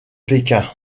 pékin